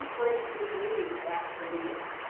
traced his lineage back to aeneas.